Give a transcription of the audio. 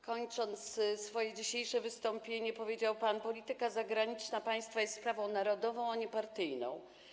Kończąc swoje dzisiejsze wystąpienie, powiedział pan: polityka zagraniczna państwa jest sprawą narodową, a nie partyjną.